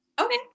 Okay